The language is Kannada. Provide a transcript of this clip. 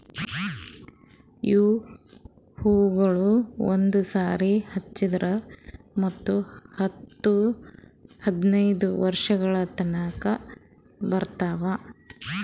ಇವು ಹೂವುಗೊಳ್ ಒಂದು ಸಾರಿ ಹಚ್ಚುರ್ ಹತ್ತು ಹದಿನೈದು ವರ್ಷಗೊಳ್ ತನಾ ಇರ್ತಾವ್